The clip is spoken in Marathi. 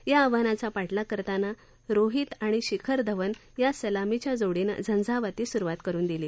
या आव्हानाचा पाठलाग करतान रोहीत आणि शिखर धवन या सलामीच्या जोडीनं झंझावती सुरुवात करुन दिली